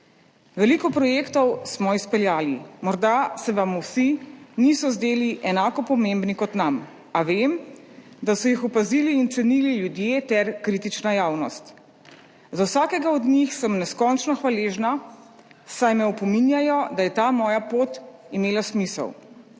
Veliko projektov smo izpeljali. Morda se vam vsi niso zdeli enako pomembni kot nam, a vem, da so jih opazili in cenili ljudje ter kritična javnost. Za vsakega od njih sem neskončno hvaležna, saj me opominjajo, da je ta moja pot imela smisel.